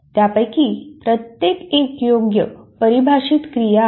त्यापैकी प्रत्येक एक योग्य परिभाषित क्रिया आहे